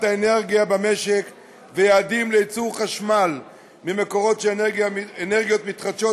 האנרגיה במשק ויעדים לייצור חשמל ממקורות של אנרגיות מתחדשות,